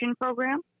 program